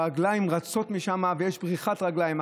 הרגליים רצות משם ויש בריחת רגליים.